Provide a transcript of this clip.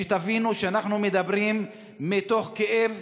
תבינו, אנחנו מדברים מתוך כאב,